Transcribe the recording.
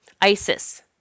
Isis